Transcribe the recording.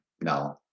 no